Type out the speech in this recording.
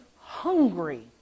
hungry